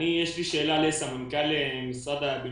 רטרואקטיבית את כספם של מי ששירתו כחיילים בודדים.